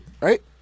right